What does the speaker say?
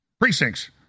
precincts